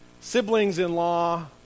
siblings-in-law